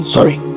Sorry